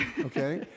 Okay